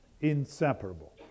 inseparable